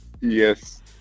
Yes